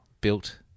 built